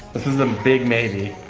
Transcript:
this is a big maybe.